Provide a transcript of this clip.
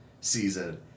season